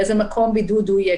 באיזה מקום בידוד הוא יהיה,